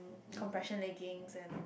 compression leggings and